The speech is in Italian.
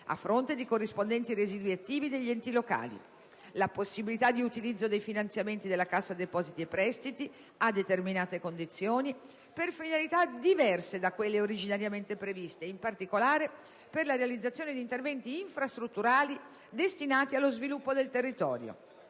a fronte di corrispondenti residui attivi degli enti locali; la possibilità di utilizzo dei finanziamenti della Cassa depositi e prestiti, a determinate condizioni, per finalità diverse da quelle originariamente previste e, in particolare, per la realizzazione di interventi infrastrutturali destinati allo sviluppo del territorio.